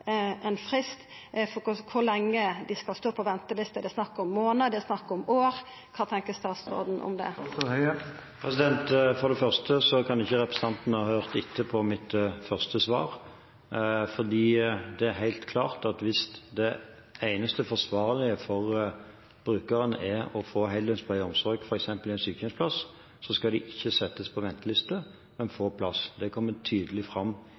ein frist for kor lenge dei skal stå på venteliste? Det er snakk om månader, det er snakk om år. Kva tenkjer statsråden om det? For det første kan ikke representanten Toppe ha hørt etter det jeg sa i mitt første svar. Det er helt klart at hvis det eneste forsvarlige for brukerne er å få heldøgns pleie og omsorg, f.eks. en sykehjemsplass, skal de ikke settes på venteliste, men få en plass. Det kommer tydelig fram